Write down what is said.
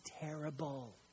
terrible